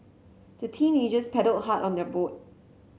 the teenagers paddled hard on their boat